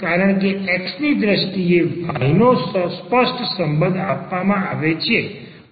કારણ કે x ની દ્રષ્ટિએ y નો સ્પષ્ટ સંબંધ આપવામાં આવે છે